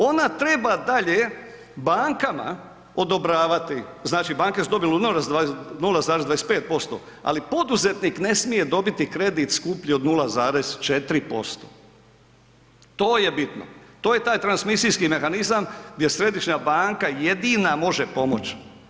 Ona treba dalje bankama odobravati, znači banke su dobile 0,25%, ali poduzetnik ne smije dobiti kredit skuplji od 0,4% to je bitno, to je taj transmisijski mehanizam gdje središnja banka jedina može pomoć.